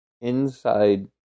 inside